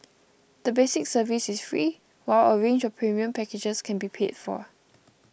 the basic service is free while a range of premium packages can be paid for